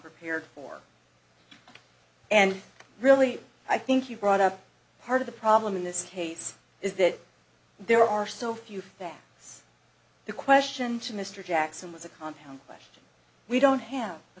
prepared for and really i think you brought up part of the problem in this case is that there are so few that the question to mr jackson was a compound question we don't